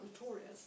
notorious